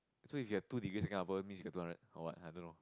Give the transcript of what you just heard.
so if you have two degree second upper means you get two hundred or what I don't know